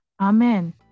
amen